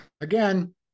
Again